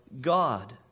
God